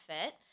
fit